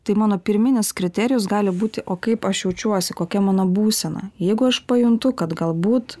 tai mano pirminis kriterijus gali būti o kaip aš jaučiuosi kokia mano būsena jeigu aš pajuntu kad galbūt